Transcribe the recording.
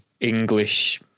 English